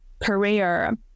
career